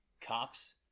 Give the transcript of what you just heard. cops